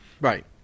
right